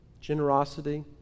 generosity